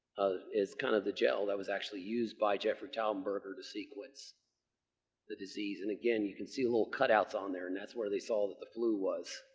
is kind of the gel that was actually used by jeffrey taubenberger to sequence the disease. and, again, you can see little cut outs on there, and that's where they saw that the flu was,